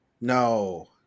No